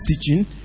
teaching